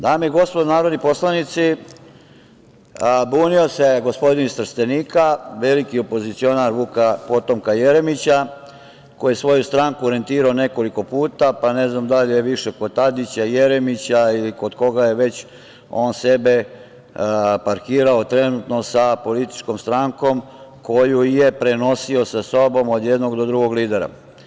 Dame i gospodo narodni poslanici, bunio se gospodin iz Trstenika, veliki opozicionar Vuka potomka Jeremića, koji je svoju stranku orijentirao nekoliko puta, pa ne znam da li je više kod Tadića, Jeremića ili kod koga je već on sebe parkirao trenutno sa političkom strankom koju je prenosio sa sobom od jednog do drugog lidera.